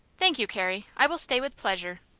thank you, carrie i will stay with pleasure.